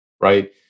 right